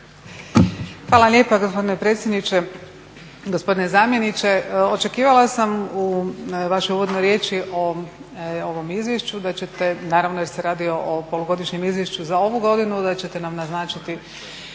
Hvala lijepa gospodine predsjedniče. Gospodine zamjeniče očekivala sam u vašoj uvodnoj riječi o ovom izvješću da ćete, naravno jer se radi o polugodišnjem izvješću za ovu godinu, da ćete nam naznačiti